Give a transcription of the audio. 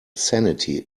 sanity